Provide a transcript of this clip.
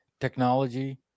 Technology